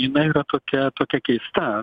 jinai yra tokia tokia keista